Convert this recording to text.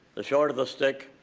the shorter the stick,